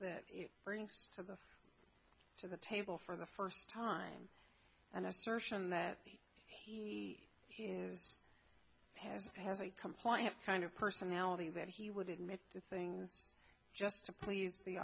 that it brings to the to the table for the first time an assertion that he is has has a compliant kind of personality that he would admit to things just to please the